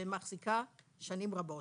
ומחזיקה שנים רבות.